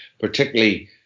particularly